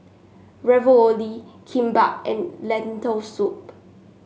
Ravioli Kimbap and Lentil Soup